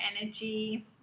energy